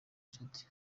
nshuti